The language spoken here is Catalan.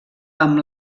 amb